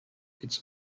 its